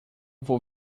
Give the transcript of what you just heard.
vou